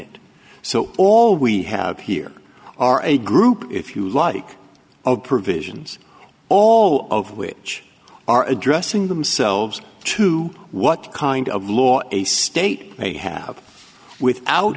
it so all we have here are a group if you like of provisions all of which are addressing themselves to what kind of law a state may have without